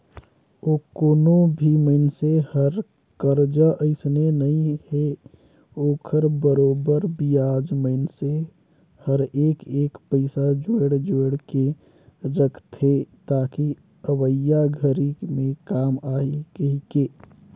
कोनो भी मइनसे हर करजा अइसने नइ हे ओखर बरोबर बियाज मइनसे हर एक एक पइसा जोयड़ जोयड़ के रखथे ताकि अवइया घरी मे काम आही कहीके